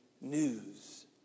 news